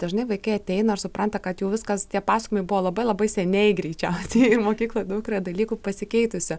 dažnai vaikai ateina ir supranta kad jau viskas tie pasakojimai buvo labai labai seniai greičiausiai ir mokykloj daug yra dalykų pasikeitusių